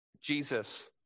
Jesus